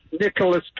Nicholas